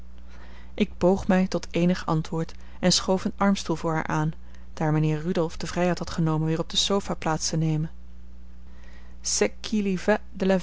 ik boog mij tot eenig antwoord en schoof een armstoel voor haar aan daar mijnheer rudolf de vrijheid had genomen weer op de sofa plaats te nemen